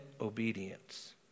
obedience